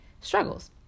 struggles